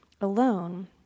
alone